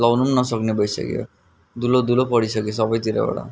लाउनु पनि नसक्ने भइसक्यो दुलो दुलो परिसक्यो सबैतिरबाट